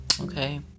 Okay